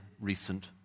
recent